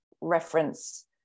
reference